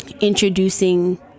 introducing